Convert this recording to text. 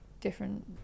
different